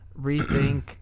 rethink